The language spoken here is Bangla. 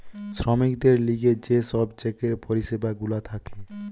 শ্রমিকদের লিগে যে সব চেকের পরিষেবা গুলা থাকে